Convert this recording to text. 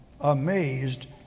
amazed